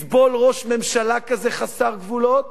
תסבול ראש ממשלה כזה חסר גבולות,